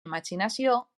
imaginació